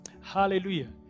Hallelujah